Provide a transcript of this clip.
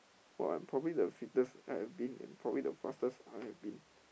!wah! I'm probably the fittest I have been and probably the fastest I have been